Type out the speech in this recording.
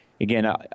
again